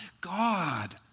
God